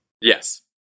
Yes